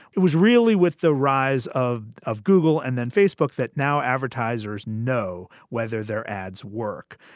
it was really with the rise of of google and then facebook that now advertisers know whether their ads work.